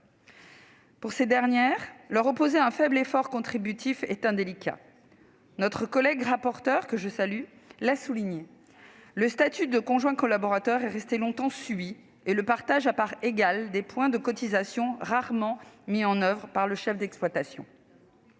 Pour ces dernières, leur opposer un faible effort contributif est indélicat. Comme l'a souligné Mme la rapporteure, le statut de conjoint collaborateur est resté longtemps subi et le partage à parts égales des points de cotisation rarement mis en oeuvre par le chef d'exploitation.